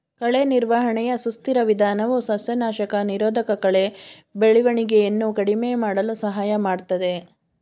ಕಳೆ ನಿರ್ವಹಣೆಯ ಸುಸ್ಥಿರ ವಿಧಾನವು ಸಸ್ಯನಾಶಕ ನಿರೋಧಕಕಳೆ ಬೆಳವಣಿಗೆಯನ್ನು ಕಡಿಮೆ ಮಾಡಲು ಸಹಾಯ ಮಾಡ್ತದೆ